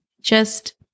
just-